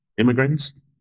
immigrants